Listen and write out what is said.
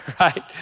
right